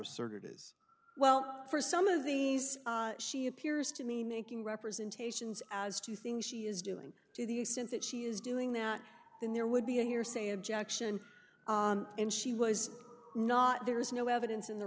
asserted is well for some of these she appears to me making representations as to things she is doing to the extent that she is doing that then there would be a hearsay objection and she was not there is no evidence in the